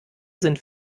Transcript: sind